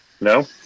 No